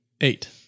Eight